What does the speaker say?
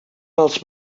els